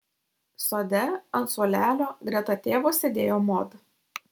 sode ant suolelio greta tėvo sėdėjo mod